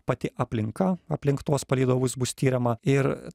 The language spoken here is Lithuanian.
pati aplinka aplink tuos palydovus bus tiriama ir